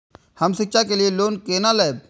हम शिक्षा के लिए लोन केना लैब?